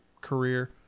career